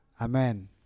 Amen